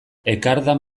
ekardan